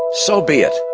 so be it.